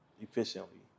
efficiently